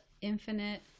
Infinite